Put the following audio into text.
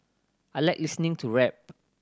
I like listening to rap